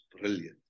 brilliant